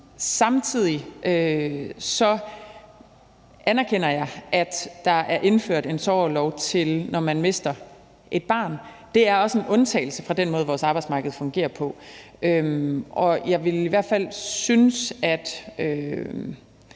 Samtidig anerkender jeg, at der er indført en sorgorlov, til når man mister et barn. Det er også en undtagelse fra den måde, vores arbejdsmarked fungerer på, og jeg vil i hvert fald synes, at